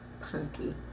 punky